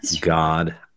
God